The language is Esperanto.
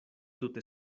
tute